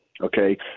Okay